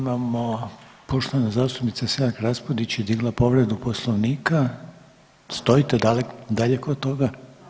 Imamo poštovana zastupnica Selak-Raspudić je digla povredu Poslovnika, stojite i dalje kod toga?